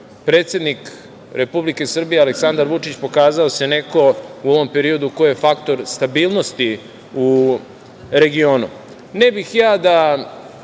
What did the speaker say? predsednik Republike Srbije Aleksandar Vučić pokazao se kao neko u ovom periodu ko je faktor stabilnosti u regionu. Ne bih ja da